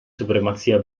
supremazia